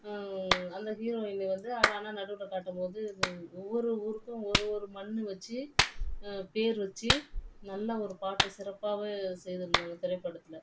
அந்த ஹீரோயினியை வந்து அதை ஆனால் நடுவில் காட்டும்போது ஒவ்வொரு ஊருக்கும் ஒரு ஒரு மண்ணு வச்சு பேரு வச்சு நல்ல ஒரு பாட்டை சிறப்பாகவே செய்திருந்தாங்க திரைப்படத்தில்